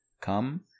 come